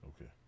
okay